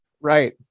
Right